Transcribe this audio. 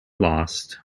lost